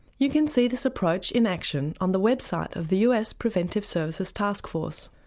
you can see this approach in action on the website of the us preventive services taskforce.